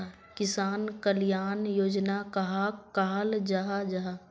किसान कल्याण योजना कहाक कहाल जाहा जाहा?